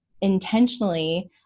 intentionally